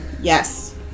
Yes